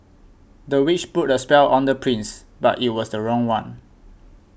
the witch put a spell on the prince but it was the wrong one